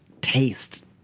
taste